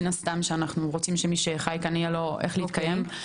לגבי זה שאנחנו רוצים שמי שחי כאן יהיה לו איך להתקיים.